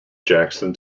jackson